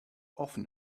often